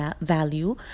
value